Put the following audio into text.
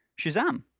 Shazam